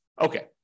Okay